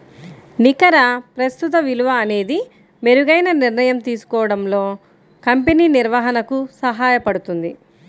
నికర ప్రస్తుత విలువ అనేది మెరుగైన నిర్ణయం తీసుకోవడంలో కంపెనీ నిర్వహణకు సహాయపడుతుంది